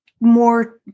more